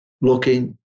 looking